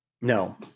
No